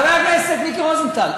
חבר הכנסת מיקי רוזנטל,